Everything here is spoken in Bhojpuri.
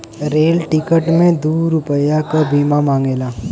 रेल टिकट मे दू रुपैया के बीमा मांगेला